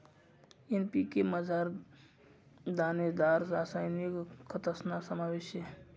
NPK मझार दानेदार रासायनिक खतस्ना समावेश शे